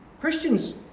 christians